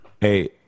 Hey